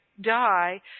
die